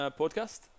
podcast